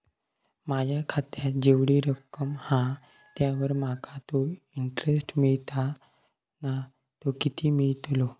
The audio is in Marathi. माझ्या खात्यात जेवढी रक्कम हा त्यावर माका तो इंटरेस्ट मिळता ना तो किती मिळतलो?